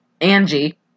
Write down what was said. Angie